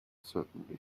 certainly